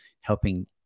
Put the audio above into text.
helping